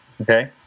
Okay